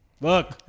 look